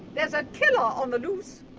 there's a killer on the loose!